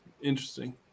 Interesting